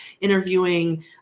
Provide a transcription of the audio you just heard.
interviewing